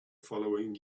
following